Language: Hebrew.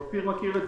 אופיר מכיר את,